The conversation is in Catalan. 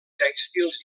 tèxtils